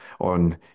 on